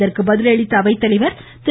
இதற்கு பதில் அளித்த அவைத்தலைவா் திரு